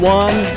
one